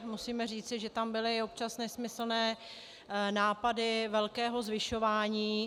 Musím říci, že tam byly občas nesmyslné nápady velkého zvyšování.